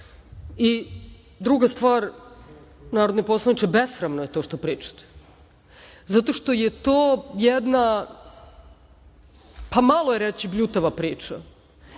stvar, narodni poslaniče, besramno je to što pričate, zato što je to jedna, pa malo je reći, bljutava priča,